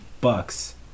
Bucks